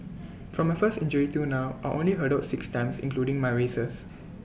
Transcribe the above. from my first injury till now I only hurdled six times including my races